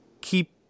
keep